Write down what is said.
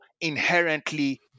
inherently